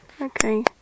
okay